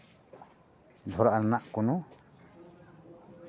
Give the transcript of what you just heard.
ᱫᱷᱚᱨᱟᱣ ᱨᱮᱱᱟᱜ ᱠᱳᱱᱳ